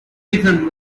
reason